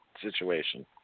situation